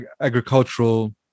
agricultural